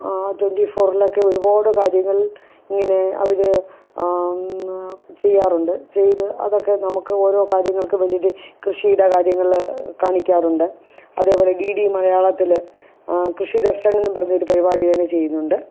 ആ ട്വൻറ്റി ഫോറിലൊക്കെ ഒരുപാട് കാര്യങ്ങൾ ഇങ്ങനെ അവർ ചെയ്യാറുണ്ട് ചെയ്ത് അതൊക്കെ നമുക്ക് ഓരോ കാര്യങ്ങൾക്കു വേണ്ടിയിട്ട് കൃഷിയുടെ കാര്യങ്ങൾ കാണിക്കാറുണ്ട് അതേ പോലെ ഡി ഡി മലയാളത്തിൽ കൃഷി ദർശൻ എന്നും പറഞ്ഞൊരു പരിപാടി ഞാൻ ചെയ്യുന്നുണ്ട്